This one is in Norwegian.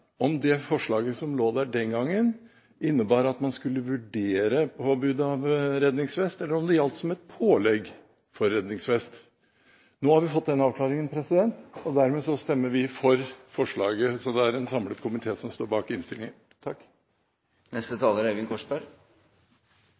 om forslaget som lå der den gangen, innebar at man skulle vurdere påbud om redningsvest, eller om det gjaldt et pålegg om redningsvest. Nå har vi fått den avklaringen, Dermed stemmer vi for forslaget, så det er en samlet komité som står bak innstillingen.